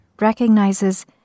recognizes